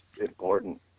important